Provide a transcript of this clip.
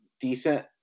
decent